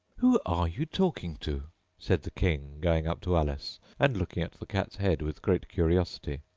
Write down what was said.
who are you talking to said the king, going up to alice, and looking at the cat's head with great curiosity.